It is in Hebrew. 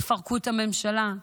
יפרקו את הממשלה,